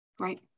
Right